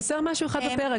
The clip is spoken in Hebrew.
חסר משהו בפרק.